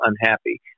unhappy